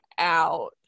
out